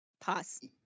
Pause